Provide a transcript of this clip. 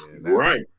Right